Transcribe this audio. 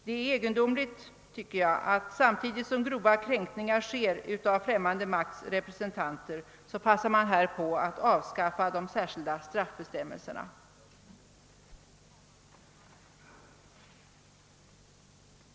Det är enligt min mening egendomligt att man samtidigt som grova kränkningar av främmande makts representanter förekommer passar på att avskaffa de särskilda straffbestämmelserna härför.